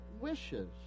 wishes